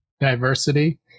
diversity